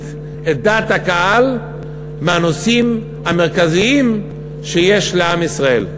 את דעת הקהל מהנושאים המרכזיים של עם ישראל.